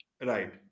right